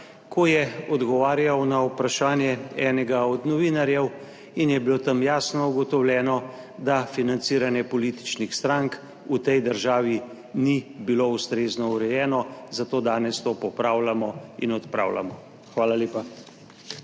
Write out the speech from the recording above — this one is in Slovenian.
ko je odgovarjal na vprašanje enega od novinarjev in je bilo tam jasno ugotovljeno, da financiranje političnih strank v tej državi ni bilo ustrezno urejeno. Zato danes to popravljamo in odpravljamo. Hvala lepa.